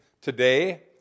today